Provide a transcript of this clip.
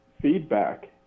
feedback